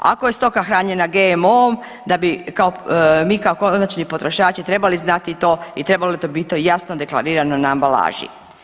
Ako je stoka hranjena GMO-om da bi mi kao konačni potrošači trebali znati to i trebalo bi to biti jasno deklarirano na ambalaži.